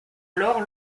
alors